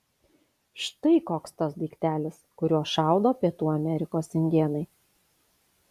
štai koks tas daiktelis kuriuo šaudo pietų amerikos indėnai